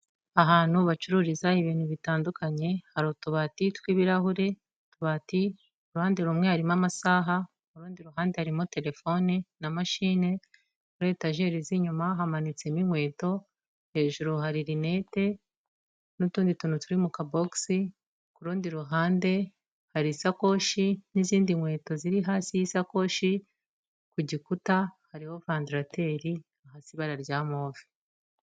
Ahantu bacururiza ibintu bitandukanye hari utubati tw'ibirahure, utubati. Uruhande rumwe harimo amasaha. Mu rundi ruhande harimo telefoni na mashine. Muri etajeri z'inyuma hamanitsemo inkweto. Hejuru hari rinete n'utundi tuntu turi mu kabogisi. Ku rundi ruhande hari isakoshi, n'izindi nkweto ziri hasi y'isakoshi. Ku gikuta hariho vandarateri ifite ibara rya move.